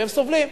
והם סובלים.